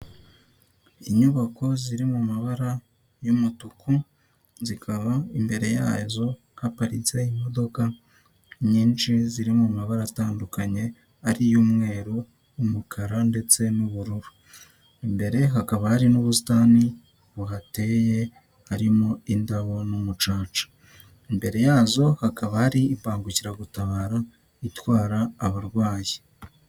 Inyubako ziri mu mabara y'umutuku, zikaba imbere yazo haparitse imodoka nyinshi ziri mu mabara atandukanye, ariyo umweru, umukara ndetse n'ubururu, imbere hakaba hari n'ubusitani buhateye harimo indabo n'umucanca, imbere yazo hakaba hari imbangukiragutabara itwara abarwayi.